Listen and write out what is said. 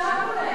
הקשבנו להם.